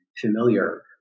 familiar